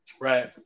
Right